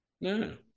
No